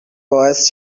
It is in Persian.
باعث